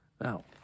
Now